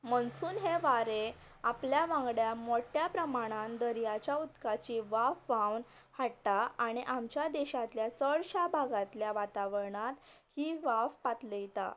monsoon हे वारें आपल्या वागंडा मोठ्या प्रमाणान दर्याच्या उदकाची वाफ व्हांवन हाडटा आनी आमच्या देशांतल्या चडश्या भागांतल्या वातावरणांत ती वाफ पातळायता